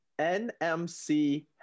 NMC